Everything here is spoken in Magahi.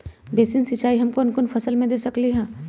बेसिन सिंचाई हम कौन कौन फसल में दे सकली हां?